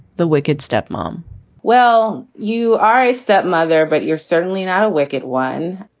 the wicked step mom well, you are a step mother, but you're certainly not a wicked one.